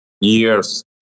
years